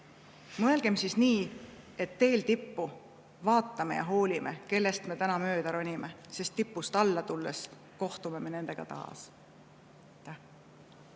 Mõelgem siis nii, et teel tippu vaatame ja hoolime, kellest me täna mööda ronime, sest tipust alla tulles kohtume me nendega taas.